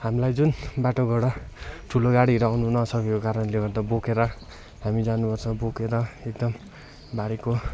हामीलाई जुन बाटोबाट ठुलो गाडीहरू आउनु नसकेको कारणले गर्दा बोकेर हामी जानुपर्छ बोकेर एकदम भारीको